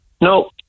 No